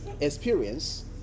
experience